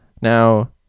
Now